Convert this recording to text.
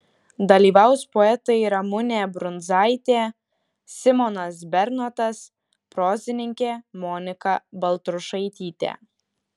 dalyvaus poetai ramunė brundzaitė simonas bernotas prozininkė monika baltrušaitytė